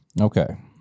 Okay